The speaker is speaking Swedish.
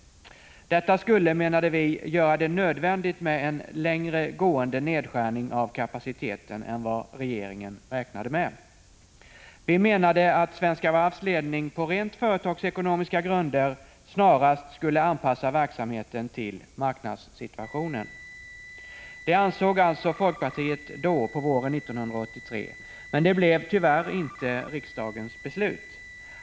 Detta skulle, menade vi, göra det nödvändigt med en längre gående nedskärning av kapaciteten än vad regeringen räknade med. Vi menade att Svenska Varvs ledning på rent företagsekonomiska grunder snarast borde anpassa verksamheten till situationen på marknaden. Detta var alltså vad folkpartiet ansåg på våren 1983. Men detta blev tyvärr inte riksdagens beslut.